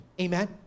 Amen